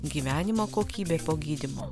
gyvenimo kokybė po gydymo